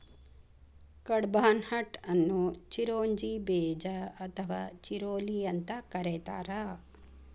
ಕಡ್ಪಾಹ್ನಟ್ ಅನ್ನು ಚಿರೋಂಜಿ ಬೇಜ ಅಥವಾ ಚಿರೋಲಿ ಅಂತ ಕರೇತಾರ